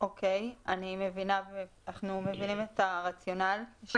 אנחנו עומדים מאחורי הרציונל שכבודו הציג.